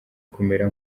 kumera